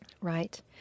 Right